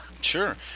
Sure